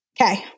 Okay